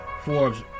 Forbes